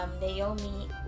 Naomi